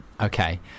okay